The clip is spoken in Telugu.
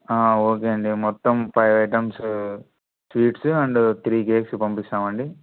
ఆ ఓకే అండి మొత్తం five items sweets and three cakes పంపిస్తామండి